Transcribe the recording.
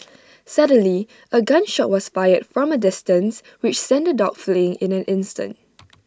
suddenly A gun shot was fired from A distance which sent the dogs fleeing in an instant